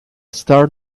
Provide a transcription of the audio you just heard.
start